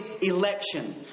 election